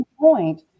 point